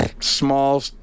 Small